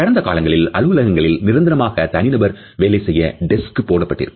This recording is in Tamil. கடந்த காலங்களில் அலுவலகங்களில் நிரந்தரமாக தனிநபர் வேலை செய்ய Desk போடப்பட்டிருக்கும்